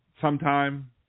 sometime